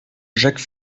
jacques